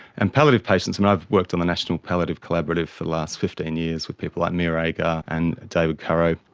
and palliative patients, and i've worked on the national palliative collaborative for the last fifteen years with people like meera agar and david currow.